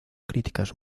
críticas